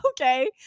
Okay